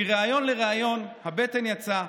מריאיון לריאיון הבטן יצאה,